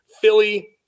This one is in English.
Philly